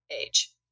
age